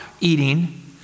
eating